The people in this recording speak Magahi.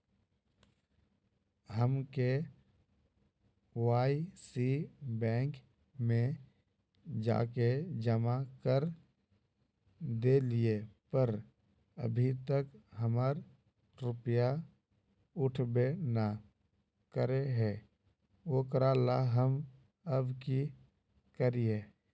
हम के.वाई.सी बैंक में जाके जमा कर देलिए पर अभी तक हमर रुपया उठबे न करे है ओकरा ला हम अब की करिए?